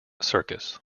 circus